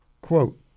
Quote